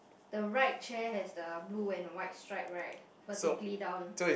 the right chair has the blue and white stripe right vertically down